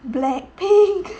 black pink